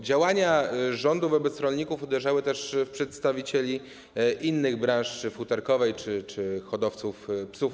Działania rządu wobec rolników uderzały też w przedstawicieli innych branż, futerkowej czy nawet hodowców psów.